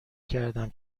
کردم